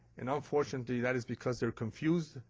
and, unfortunately, that is because they're confused.